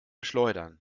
schleudern